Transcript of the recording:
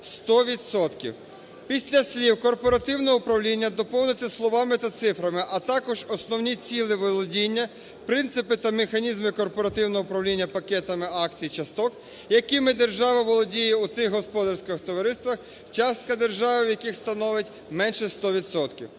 Після слів "корпоративного управління" доповнити словами та цифрами "а також основні цілі володіння, принципі та механізми корпоративного управління пакетами акцій, часток, якими держава володіє у тих господарських товариствах, частка держави в яких становить менше 100